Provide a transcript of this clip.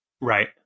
Right